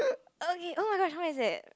okay oh-my-gosh how many is that